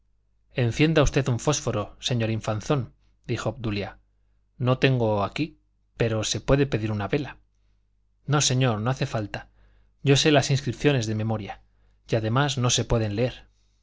iba a hablar encienda usted un fósforo señor infanzón dijo obdulia no tengo aquí pero se puede pedir una vela no señor no hace falta yo sé las inscripciones de memoria y además no se pueden leer